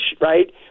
right